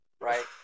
Right